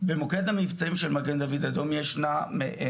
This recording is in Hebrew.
במוקד המבצעים של מגן דוד אדום יש יומן,